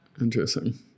Interesting